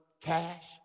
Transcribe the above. cash